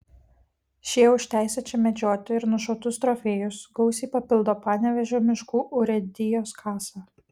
šie už teisę čia medžioti ir nušautus trofėjus gausiai papildo panevėžio miškų urėdijos kasą